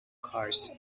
cars